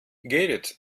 gerrit